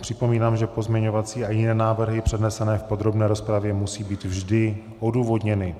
Připomínám, že pozměňovací a jiné návrhy přednesené v podrobné rozpravě musí být vždy odůvodněny.